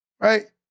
Right